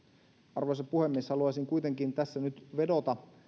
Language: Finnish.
arvoisa puhemies haluaisin kuitenkin tässä nyt vedota